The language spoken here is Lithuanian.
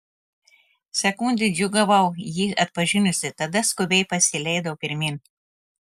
sekundę džiūgavau jį atpažinusi tada skubiai pasileidau pirmyn